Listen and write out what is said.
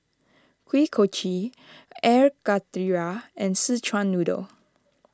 Kuih Kochi Air Karthira and Szechuan Noodle